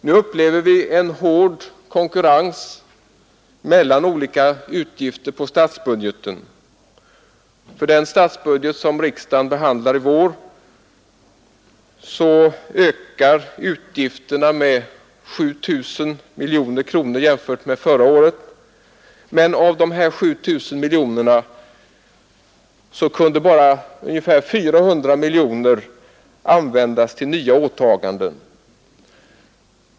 Nu upplever vi en hård konkurrens mellan olika utgifter på statsbudgeten. För den statsbudget som riksdagen behandlar i vår ökar utgifterna med 7 000 miljoner kronor i förhållande till förra året. Men av dessa 7000 miljoner kunde bara ungefär 400 miljoner användas till nya åtaganden.